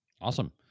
Awesome